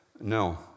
No